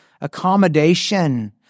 accommodation